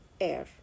air